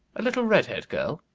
a little red-haired girl?